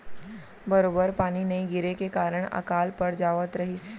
बरोबर पानी नइ गिरे के कारन अकाल पड़ जावत रहिस